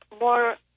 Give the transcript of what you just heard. more